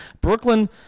Brooklyn